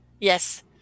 Yes